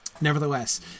Nevertheless